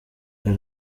uyu